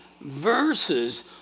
verses